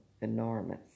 enormous